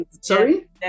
sorry